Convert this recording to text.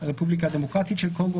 הרפובליקה הדמוקרטית של קונגו,